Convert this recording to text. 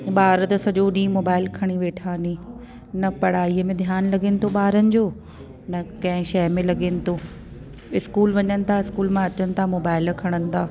ॿार त सॼो ॾींहुं मोबाइल खणी वेठा नी न पढ़ाई में ध्यानु लॻनि थो ॿारनि जो न कंहिं शइ में लॻेनि थो स्कूल वञनि था स्कूल मां अचनि था मोबाइल खणण था